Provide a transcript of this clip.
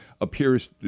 appears